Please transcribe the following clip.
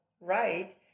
right